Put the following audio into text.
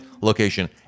location